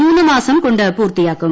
മൂന്നു മാസം കൊണ്ട് പൂർത്തിയാക്കും